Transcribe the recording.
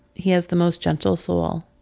he has the most gentle soul